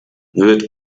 wird